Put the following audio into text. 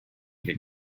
could